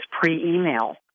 pre-email